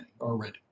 already